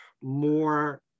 more